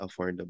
affordable